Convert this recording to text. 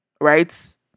right